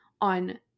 on